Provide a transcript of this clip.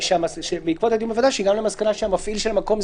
בעקבות הדיון בוועדה הגענו למסקנה שהמפעיל של המקום,